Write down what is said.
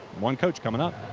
one coach coming up.